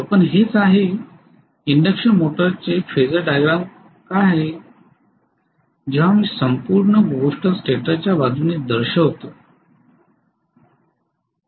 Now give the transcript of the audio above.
पण हेच आहे इंडक्शन मोटरचे फेझर डायग्राम काय आहे जेव्हा मी संपूर्ण गोष्ट स्टेटरच्या बाजूने दर्शवितो